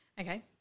Okay